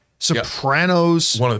Sopranos